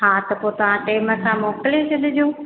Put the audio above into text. हा त पोइ तव्हां टेम सां मोकिले छॾिजो